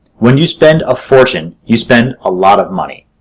when you spend a fortune, you spend a lot of money.